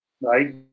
right